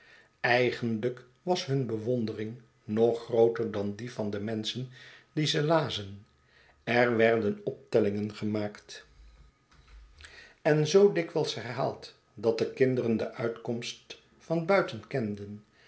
eigenlijk was hun bewondering nog grooter dan die van de menschen die ze lazen er werden optellingen gemaakt en zoo dikwijls herhaald dat de kinderen de uitkomst van buiten kenden